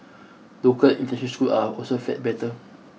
local international schools are also fared better